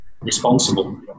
responsible